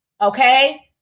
okay